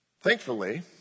Thankfully